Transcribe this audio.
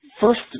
First